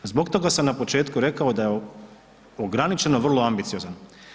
Zbog toga sam na početku rekao da je ograničeno vrlo ambiciozan.